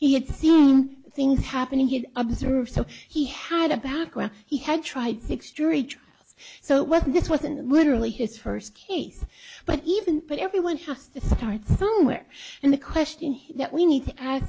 he had seen things happening he observed so he had a background he had tried six jury trial so what this wasn't literally his first case but even but everyone has to start somewhere and the question that we need to